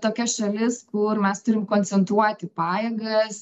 tokia šalis kur mes turim koncentruoti pajėgas